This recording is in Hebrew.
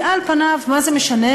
כי על פניו, מה זה משנה?